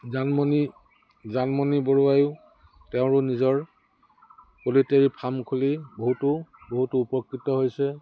জানমণি জানমণি বৰুৱায়ো তেওঁৰ নিজৰ প'ল্ট্ৰি ফাৰ্ম খুলি বহুতো বহুতো উপকৃত হৈছে